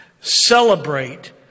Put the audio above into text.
celebrate